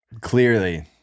clearly